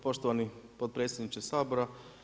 Poštovani potpredsjedniče Sabora.